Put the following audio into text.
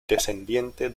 descendiente